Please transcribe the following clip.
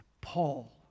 Paul